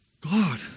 God